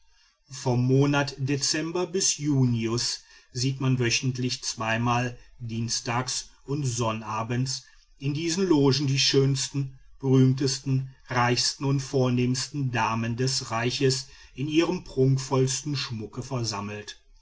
vom monat dezember bis ende junius sieht man wöchentlich zweimal dienstags und sonnabends in diesen logen die schönsten berühmtesten reichsten und vornehmsten damen des reichs in ihrem prunkvollsten schmucke versammelt